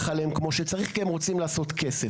עליהם כמו שצריך כי הם רוצים לעשות כסף.